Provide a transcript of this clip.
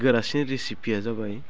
गोरासिन रेसिपिया जाबाय